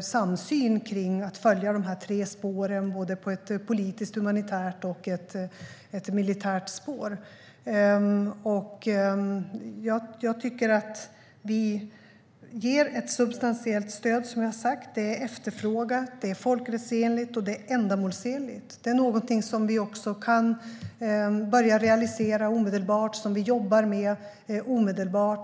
samsyn kring att följa dessa tre spår, det vill säga ett politiskt, humanitärt och militärt spår. Som jag har sagt tycker jag att vi ger ett substantiellt stöd. Det är efterfrågat, folkrättsenligt och ändamålsenligt. Det är någonting som vi omedelbart kan börja realisera och som vi jobbar med.